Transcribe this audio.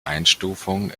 einstufung